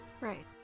Right